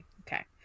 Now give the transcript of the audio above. okay